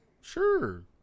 Sure